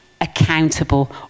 accountable